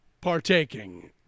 partaking